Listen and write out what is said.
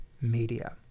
media